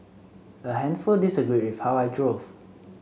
a handful disagreed with how I drove